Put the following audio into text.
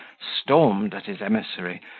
stormed at his emissary,